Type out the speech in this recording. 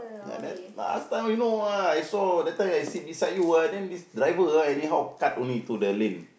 uh that last time you know ah I saw that time I sit beside you ah then this driver ah anyhow cut only into the lane